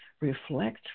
reflect